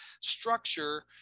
structure